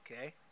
okay